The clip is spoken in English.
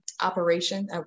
operation